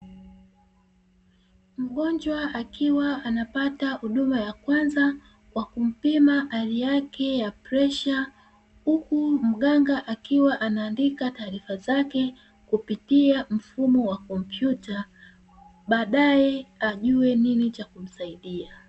Mgonjwa akiwa anapata huduma ya kwanza, kwa kumpima hali yake ya presha, huku mganga akiwa anaandika taarifa zake kupitia mfumo wa kompyuta, baadae ajue nini cha kumsaidia.